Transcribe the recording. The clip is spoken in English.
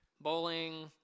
Bowling